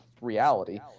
reality